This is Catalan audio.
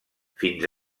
fins